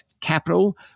capital